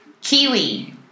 Kiwi